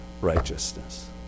righteousness